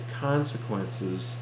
consequences